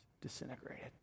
disintegrated